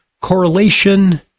Correlation